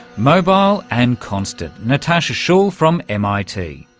mobile and constant. natasha schull from mit.